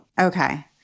Okay